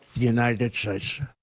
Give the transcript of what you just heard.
united schtates.